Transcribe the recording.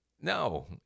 no